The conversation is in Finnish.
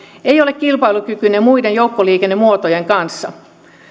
ei ole kilpailukykyinen muiden joukkoliikennemuotojen kanssa